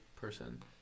person